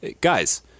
Guys